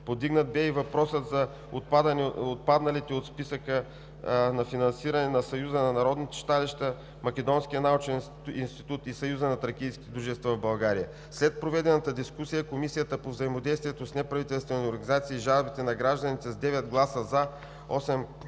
Повдигнат бе и въпросът за отпадналите от списъка за финансиране Съюз на народните читалища, Македонския научен институт и Съюза на тракийските дружества в България. След проведената дискусия Комисията по взаимодействието с неправителствените организации и жалбите на гражданите с 9 гласа „за“,